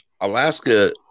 Alaska